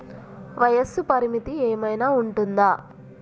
వయస్సు పరిమితి ఏమైనా ఉంటుందా?